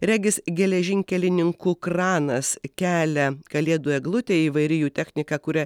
regis geležinkelininkų kranas kelia kalėdų eglutę įvairi jų technika kuria